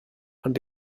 and